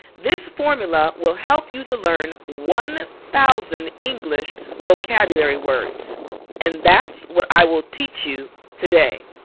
this formula will help you to learn one thousand english vocabulary words and that's what i will teach you today.